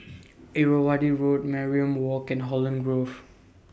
Irrawaddy Road Mariam Walk and Holland Grove